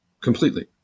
completely